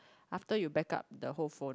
after you back up the whole phone